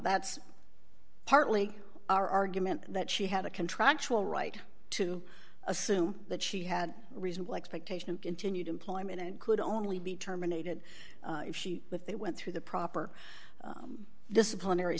that's partly our argument that she had a contractual right to assume that she had reasonable expectation of continued employment and could only be terminated if she if they went through the proper disciplinary